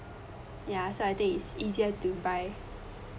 ya so I think is easier to buy